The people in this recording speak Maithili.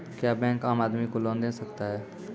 क्या बैंक आम आदमी को लोन दे सकता हैं?